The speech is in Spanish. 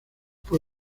fue